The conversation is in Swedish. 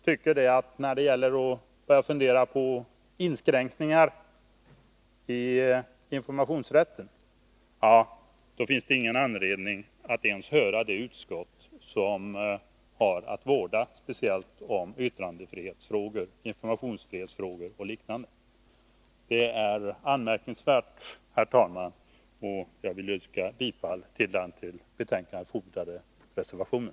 När det är fråga om att börja fundera på inskränkningar i informationsrätten tycker man inte att det finns någon anledning att ens höra det utskott som har att speciellt vårda yttrandefrihetsfrågor, informationsfrihetsfrågor och liknande. Det är anmärkningsvärt, herr talman. Jag yrkar bifall till den till betänkandet fogade reservationen.